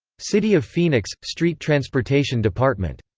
city of phoenix, street transportation department.